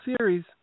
Series